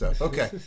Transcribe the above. Okay